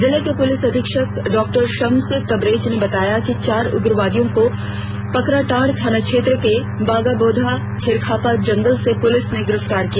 जिले के पुलिस अधीक्षक डॉ शम्स तबरेज ने बताया कि चार उग्रवादियों को पाकरटांड थाना क्षेत्र के बागबोधा खेराखापा जंगल से पुलिस ने गिरफ्तार किया